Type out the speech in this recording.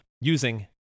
using